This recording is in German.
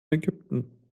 ägypten